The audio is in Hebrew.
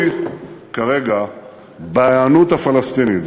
זה תלוי כרגע בהיענות הפלסטינית,